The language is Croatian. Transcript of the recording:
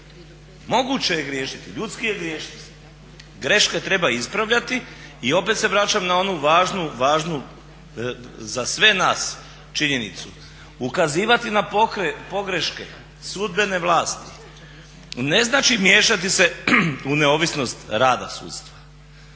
Moguće je griješiti, ljudski je griješiti. Greške treba ispravljati. I opet se vraćam na onu važnu za sve nas činjenicu ukazivati na pogreške sudbene vlasti ne znači miješati se u neovisnost rada sudstva